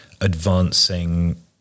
advancing